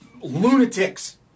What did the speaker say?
lunatics